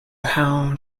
how